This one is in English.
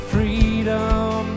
Freedom